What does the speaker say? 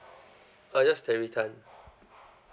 ah just terry tan